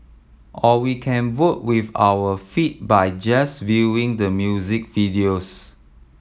or we can vote with our feet by just viewing the music videos